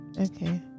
Okay